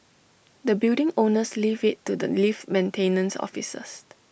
the building owners leave IT to the lift maintenance officers